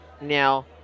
now